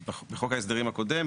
אציין שבחוק ההסדרים הקודם,